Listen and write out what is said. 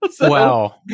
Wow